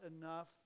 enough